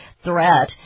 Threat